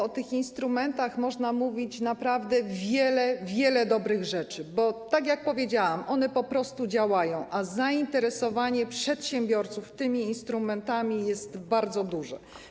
O tych instrumentach można mówić naprawdę wiele, wiele dobrych rzeczy, bo tak jak powiedziałam, one po prostu działają, a zainteresowanie przedsiębiorców tymi instrumentami jest bardzo duże.